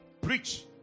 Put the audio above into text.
Preach